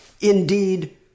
Indeed